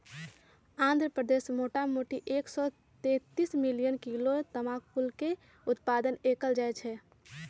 आंध्र प्रदेश मोटामोटी एक सौ तेतीस मिलियन किलो तमाकुलके उत्पादन कएल जाइ छइ